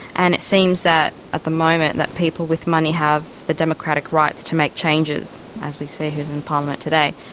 and it seems that at the moment that people with money have the democratic rights to make changes, as we see who is in parliament today.